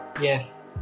yes